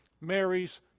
Mary's